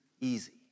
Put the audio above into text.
easy